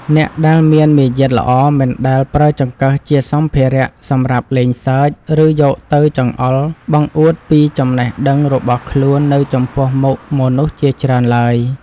អ្នកដែលមានមារយាទល្អមិនដែលប្រើចង្កឹះជាសម្ភារៈសម្រាប់លេងសើច ឬ យកទៅចង្អុលបង្អួតពីចំណេះដឹងរបស់ខ្លួននៅចំពោះមុខមនុស្សជាច្រើនឡើយ។